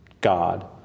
God